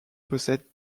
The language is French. possède